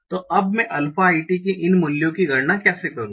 तो अब मैं अल्फा i t के इन मूल्यों की गणना कैसे करूं